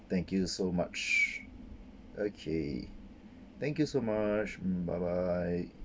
thank you so much okay thank you so much bye bye